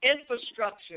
infrastructure